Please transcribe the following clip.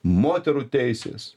moterų teisės